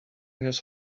his